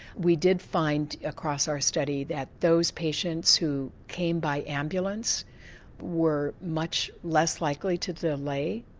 we did find across our study that those patients who came by ambulance were much less likely to delay,